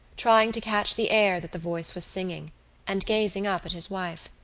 trying to catch the air that the voice was singing and gazing up at his wife.